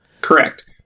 Correct